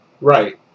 Right